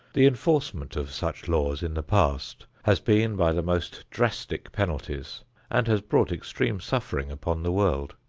the enforcement of such laws in the past has been by the most drastic penalties and has brought extreme suffering upon the world.